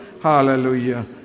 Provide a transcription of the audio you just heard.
Hallelujah